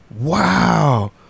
Wow